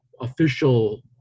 official